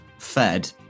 fed